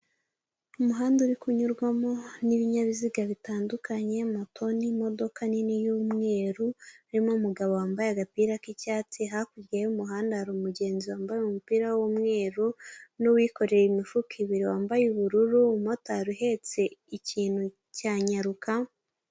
Umuhanda uri kunyurwamo n'ibinyabiziga bitandukanye, moto, n'imodoka nini y'umweru irimo umugabo wambaye agapira k'icyatsi, hakurya y'umuhanda hari umugenzi wambaye umupira w'umweru, n'uwikoreye imifuka ibiri wambaye ubururu. Umumotari uhetse ikintu cya nyaruka.